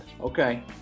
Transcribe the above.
Okay